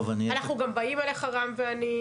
אנחנו גם באים אליך, רם ואני.